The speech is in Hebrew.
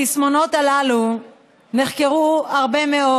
התסמונות הללו נחקרו הרבה מאוד.